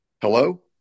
Hello